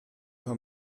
her